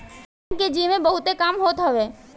bank के जिम्मे बहुते काम होत हवे